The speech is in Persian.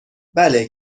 بله